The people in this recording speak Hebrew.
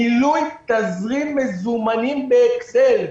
מילוי תזרים מזומנים באקסל.